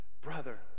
brother